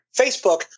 Facebook